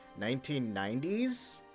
1990s